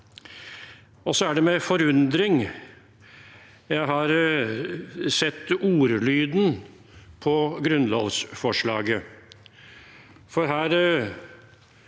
Det er med forundring jeg har sett ordlyden i grunnlovsforslaget.